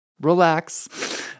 relax